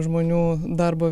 žmonių darbo